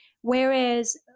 Whereas